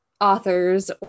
authors